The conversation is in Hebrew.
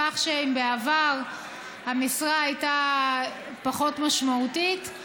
כך שאם בעבר המשרה הייתה פחות משמעותית,